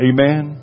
Amen